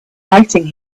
fighting